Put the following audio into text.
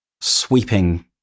sweeping